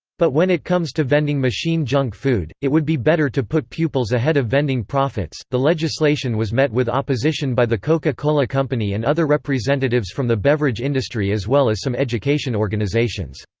but when it comes to vending machine junk food, it would be better to put pupils ahead of vending profits. the legislation was met with opposition by the coca-cola company and other representatives from the beverage industry as well as some education organizations.